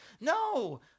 No